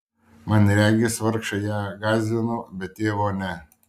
man regis vargšai ją gąsdino bet tėvo ne